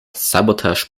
sabotage